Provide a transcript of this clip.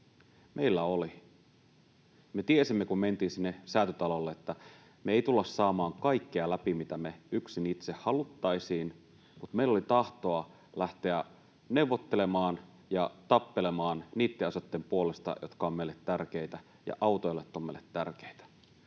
Meillä oli. Me tiesimme, kun mentiin sinne Säätytalolle, että me ei tulla saamaan kaikkea läpi, mitä me yksin itse haluttaisiin, mutta meillä oli tahtoa lähteä neuvottelemaan ja tappelemaan niitten asioitten puolesta, jotka ovat meille tärkeitä, ja autoilijat ovat meille tärkeitä.